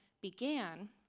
began